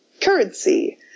currency